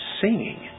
singing